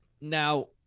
Now